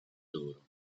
loro